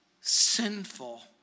sinful